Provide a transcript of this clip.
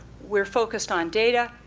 we're focused on data.